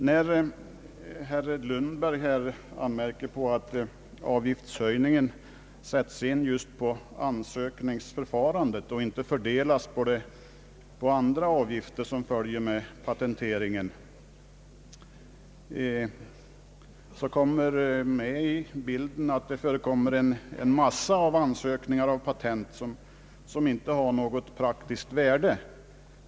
När herr Lundberg anmärker på att avgiftshöjningen sätts in just på ansökningsförfarandet och inte fördelas på andra avgifter som följer med patenteringen, kommer in i bilden att det förekommer ett stort antal ansökningar om patent som inte har något praktiskt värde.